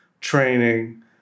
training